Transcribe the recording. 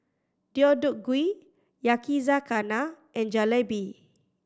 Deodeok Gui Yakizakana and Jalebi